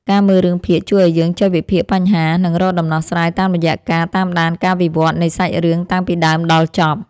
ការមើលរឿងភាគជួយឱ្យយើងចេះវិភាគបញ្ហានិងរកដំណោះស្រាយតាមរយៈការតាមដានការវិវត្តនៃសាច់រឿងតាំងពីដើមដល់ចប់។